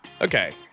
Okay